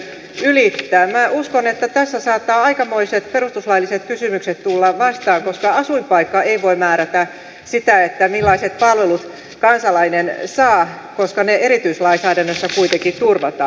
minä uskon että tässä saattavat aikamoiset perustuslailliset kysymykset tulla vastaan koska asuinpaikka ei voi määrätä sitä millaiset palvelut kansalainen saa koska ne erityislainsäädännössä kuitenkin turvataan